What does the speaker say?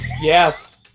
Yes